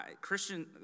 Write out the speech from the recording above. Christian